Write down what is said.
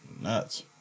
nuts